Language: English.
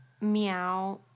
meow